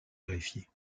greffier